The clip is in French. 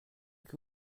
que